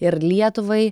ir lietuvai